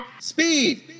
Speed